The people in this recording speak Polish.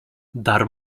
dar